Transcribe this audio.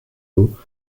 photos